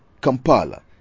Kampala